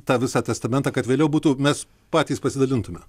tą visą testamentą kad vėliau būtų mes patys pasidalintume